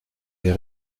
est